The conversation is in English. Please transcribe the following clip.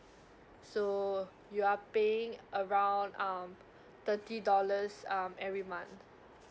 so you are paying around um thirty dollars um every month